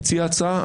הציע הצעה,